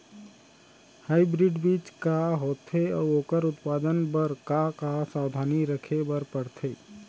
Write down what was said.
Hybrid बीज का होथे अऊ ओखर उत्पादन बर का का सावधानी रखे बर परथे?